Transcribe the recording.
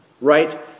Right